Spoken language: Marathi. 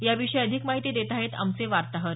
याविषयी अधिक माहिती देत आहेत आमचे वार्ताहर